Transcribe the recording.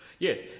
Yes